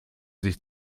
sich